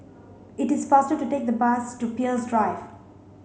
it is faster to take the bus to Peirce Drive